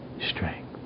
strength